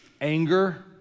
anger